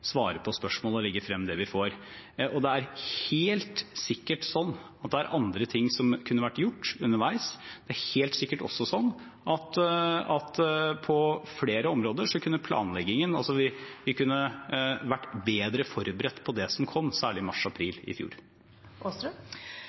på spørsmål og legger frem det vi får. Det er helt sikkert andre ting som kunne vært gjort underveis. Det er helt sikkert også sånn at på flere områder kunne vi vært bedre forberedt på det som kom, særlig i mars og april i